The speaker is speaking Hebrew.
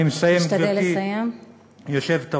אני מסיים, גברתי היושבת-ראש.